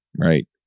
right